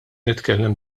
nitkellem